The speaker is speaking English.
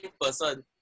person